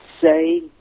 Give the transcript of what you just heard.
say